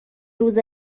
روز